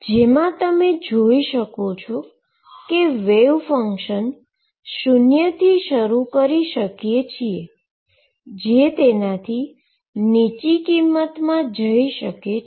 જેમા તમે જોઈ શકો છો કે વેવ ફંક્શન શુન્ય થી શરૂ શકીએ છીએ જે તેનાથી નીચી કિંમતમા જઈ શકે છે